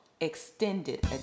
extended